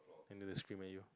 and they'll discriminate you